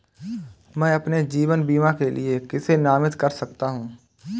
मैं अपने जीवन बीमा के लिए किसे नामित कर सकता हूं?